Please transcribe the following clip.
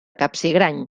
capsigrany